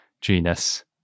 genus